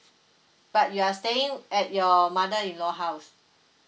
but you are staying at your mother in law house